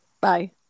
Bye